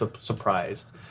surprised